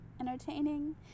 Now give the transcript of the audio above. entertaining